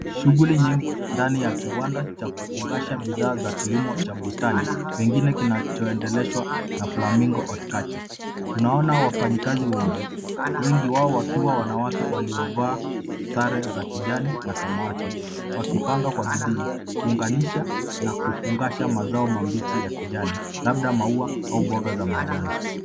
Shughuli nyingi ndani ya kiwanda cha kufungasha bidhaa za kilimo cha bustani pengine kinachoendeleshwa na Flamingo Horticulter . Tunaona wafanyikazi wengi, wengi wao wakiwa wanawake waliovaa sare za kijani na samawati, wakipanga kwa bidii kuunganisha na kufungasha mazao mabichi ya kijani labda maua au mboga za kijani.